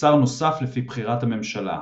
ושר נוסף לפי בחירת הממשלה.